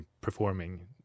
performing